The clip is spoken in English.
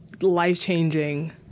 life-changing